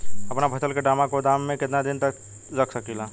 अपना फसल की ड्रामा गोदाम में कितना दिन तक रख सकीला?